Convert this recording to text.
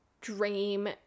dream